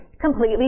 completely